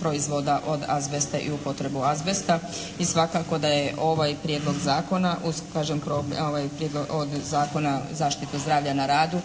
proizvoda od azbesta i upotrebu azbesta i svakako da je ovaj prijedlog zakona kažem od Zakona zaštite zdravlja na radu